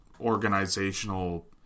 organizational